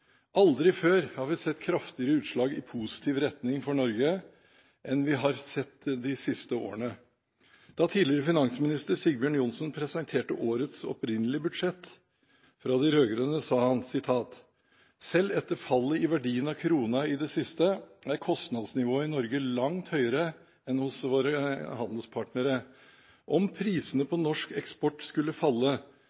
Aldri før har vi sett kraftigere utslag i positiv retning for Norge enn vi har sett de siste årene. Da tidligere finansminister Sigbjørn Johnsen presenterte årets opprinnelige budsjett fra de rød-grønne, sa han: «Selv etter fallet i verdien av krona i det siste, er kostnadsnivået i Norge langt høyere enn hos våre handelspartnere. Om prisene